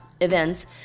events